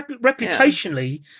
reputationally